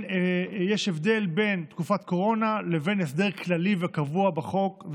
יש הבדל בין תקופת קורונה לבין הסדר כללי וקבוע בחוק.